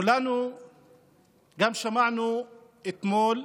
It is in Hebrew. כולנו גם שמענו אתמול,